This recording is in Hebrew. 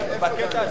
לא נתקבלה.